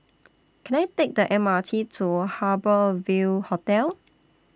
Can I Take The M R T to Harbour Ville Hotel